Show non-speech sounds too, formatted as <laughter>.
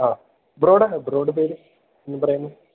ആ ബ്രോയുടെ ബ്രോയുടെ പേര് <unintelligible> പറയുന്നു